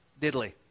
Diddly